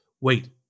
wait